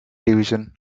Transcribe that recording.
division